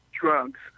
drugs